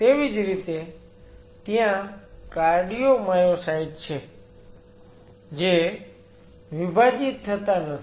તેવી જ રીતે ત્યાં કાર્ડિયોમાયોસાઈટ છે જે વિભાજીત થતા નથી